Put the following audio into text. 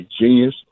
genius